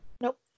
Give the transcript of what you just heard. Nope